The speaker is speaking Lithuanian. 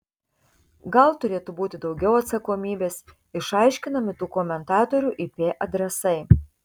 gal turėtų būti daugiau atsakomybės išaiškinami tų komentatorių ip adresai